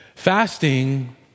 Fasting